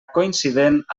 coincident